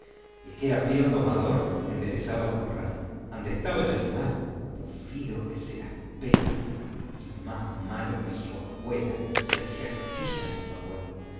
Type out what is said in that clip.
era pion domador enderezaba al corral ande estaba el animal bufidos que se las pela y más malo que su agüela se hacia astillas el bagual